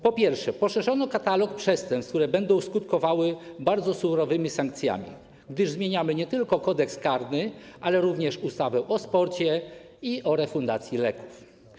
Po pierwsze, poszerzono katalog przestępstw, które będą skutkowały bardzo surowymi sankcjami, gdyż zmieniamy nie tylko Kodeks karny, ale również ustawę o sporcie i o refundacji leków.